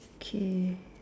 kay